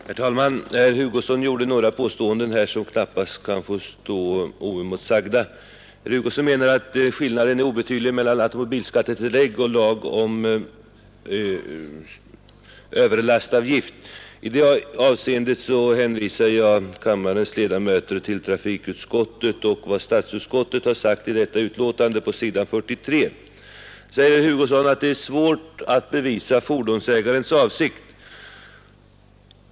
Herr talman! Herr Hugosson gjorde några påståenden här som knappast kan få stå oemotsagda. Herr Hugosson menar att skillnaden är obetydlig mellan ”automobilskattetillägg” och ”lag om överlastavgift”. I det avseendet hänvisar jag kammarens ledamöter till vad skatteutskottet har anfört i sitt yttrande, s. 43 i trafikutskottets betänkande. Vidare anser herr Hugosson att det är svårt att bevisa fordonsägarens avsikt.